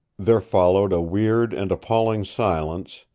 there followed a weird and appalling silence,